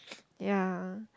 ya